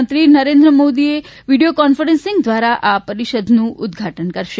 પ્રધાનમંત્રી Narendra Modi video conferencing દ્વારા આ પરિષદનું ઉદ્ધઘાટન કરશે